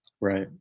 right